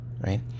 right